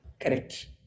Correct